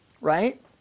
Right